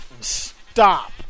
Stop